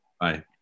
Bye